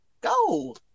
Go